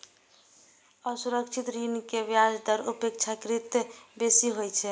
असुरक्षित ऋण के ब्याज दर अपेक्षाकृत बेसी होइ छै